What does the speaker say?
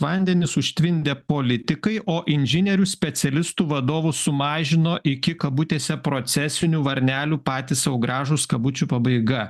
vandenys užtvindė politikai o inžinierių specialistų vadovų sumažino iki kabutėse procesinių varnelių patys sau gražūs kabučių pabaiga